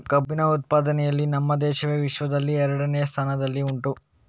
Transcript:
ಕಬ್ಬಿನ ಉತ್ಪಾದನೆಯಲ್ಲಿ ನಮ್ಮ ದೇಶವು ವಿಶ್ವದಲ್ಲಿ ಎರಡನೆಯ ಸ್ಥಾನದಲ್ಲಿ ಉಂಟು